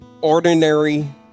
ordinary